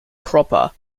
proper